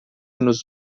nos